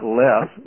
less